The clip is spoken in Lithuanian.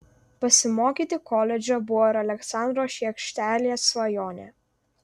pasimokyti koledže buvo ir aleksandro šiekštelės svajonė